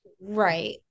Right